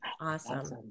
awesome